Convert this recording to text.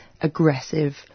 aggressive